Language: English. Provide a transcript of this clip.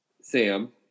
Sam